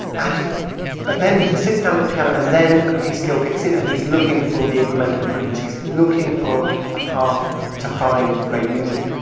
and but then he sits down at the piano and then ah his skill kicks in. and he's looking for the incremental improvements, he's looking for a path to find great music.